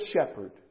shepherd